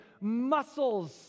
muscles